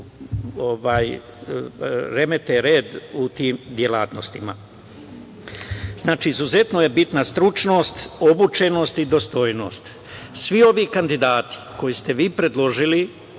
remete red u tim delatnostima. Znači, izuzetno je bitna stručnost, obučenost i dostojnost. Svi ovi kandidati koje ste vi predložili,